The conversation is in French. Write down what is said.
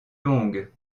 longues